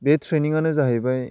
बे ट्रेनिङानो जाहैबाय